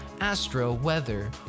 astro-weather